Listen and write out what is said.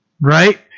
right